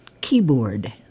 keyboard